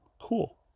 cool